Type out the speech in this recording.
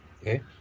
Okay